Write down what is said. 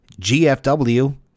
GFW